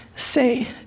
Say